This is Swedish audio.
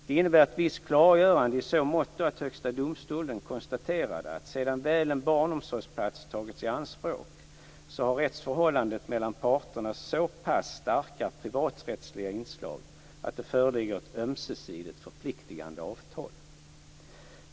Den innebär ett visst klargörande i så måtto att Högsta domstolen konstaterade att sedan väl en barnomsorgsplats tagits i anspråk så har rättsförhållandet mellan parterna så pass starka privaträttsliga inslag att det föreligger ett ömsesidigt förpliktande avtal.